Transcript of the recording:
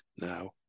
now